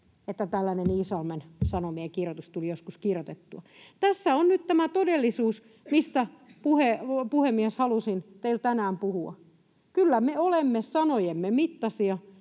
tällainen Iisalmen Sanomien kirjoitus tuli joskus kirjoitettua. Tässä on nyt tämä todellisuus, mistä, puhemies, halusin teille tänään puhua. Kyllä me olemme sanojemme mittaisia,